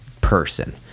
person